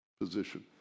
position